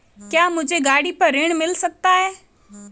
क्या मुझे गाड़ी पर ऋण मिल सकता है?